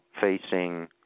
facing